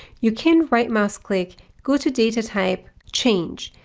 you can right mouse click go to data type, change.